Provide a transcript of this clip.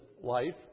life